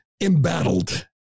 embattled